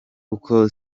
kuko